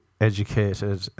educated